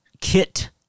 Kit